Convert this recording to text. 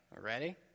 Ready